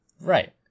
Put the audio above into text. Right